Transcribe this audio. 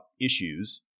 issues